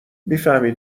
میفهمی